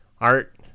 Art